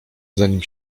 zanim